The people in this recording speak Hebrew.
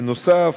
בנוסף,